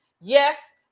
yes